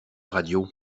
radio